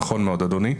נכון מאוד, אדוני.